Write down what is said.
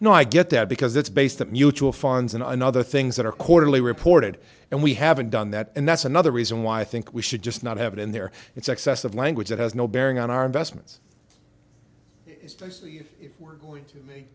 know i get that because it's based on mutual funds in another things that are quarterly reported and we haven't done that and that's another reason why i think we should just not have it in there it's excess of language that has no bearing on our investments we're going to